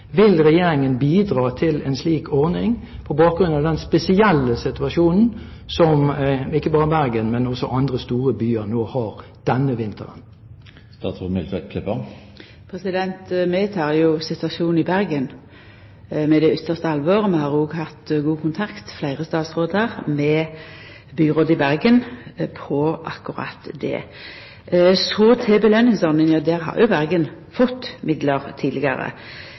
Vil Regjeringen bidra til en slik ordning, på bakgrunn av den spesielle situasjonen som ikke bare Bergen, men også andre store byer har denne vinteren? Vi tek situasjonen i Bergen på det yttarste alvor. Vi, fleire statsrådar, har òg hatt god kontakt med byrådet i Bergen om akkurat det. Så til påskjønningsordninga. Der har jo Bergen fått